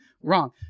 Wrong